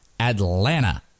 Atlanta